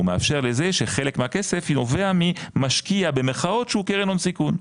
הוא מאפשר לזה שחלק מהכסף נובע מ"משקיע" שהוא קרן הון סיכון.